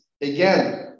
again